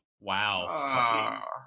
Wow